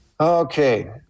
Okay